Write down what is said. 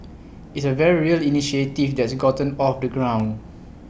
it's A very real initiative that's gotten off the ground